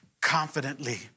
confidently